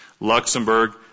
Luxembourg